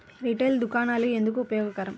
Retail దుకాణాలు ఎందుకు ఉపయోగకరం?